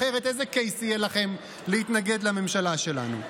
אחרת איזה קייס יהיה לכם להתנגד לממשלה שלנו?